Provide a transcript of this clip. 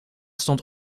stond